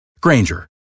Granger